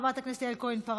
חברת הכנסת יעל כהן-פארן,